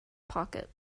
pocket